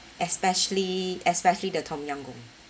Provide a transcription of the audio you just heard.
especially the tom-yum goong